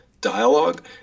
dialogue